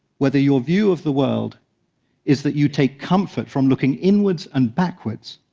whether your view of the world is that you take comfort from looking inwards and backwards,